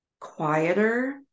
quieter